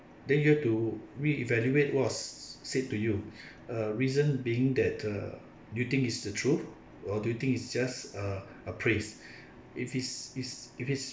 then you have to reevaluate what was said to you uh reason being that uh do you think it's the truth or do you think it's just a a praise if it's is if it's